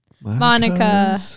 Monica